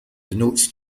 denotes